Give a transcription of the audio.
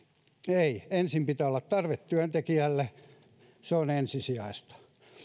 ei ensin pitää olla tarve työntekijälle se on ensisijaista